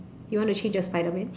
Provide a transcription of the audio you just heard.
you wanna change your Spiderman